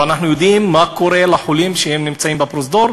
ואנחנו יודעים מה קורה לחולים שנמצאים בפרוזדור,